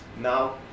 now